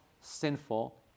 sinful